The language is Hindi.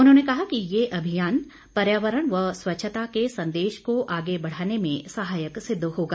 उन्होंने कहा कि ये अभियान पर्यावरण व स्वच्छता के संदेश को आगे बढ़ाने में सहायक सिद्ध होगा